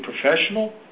professional